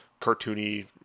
cartoony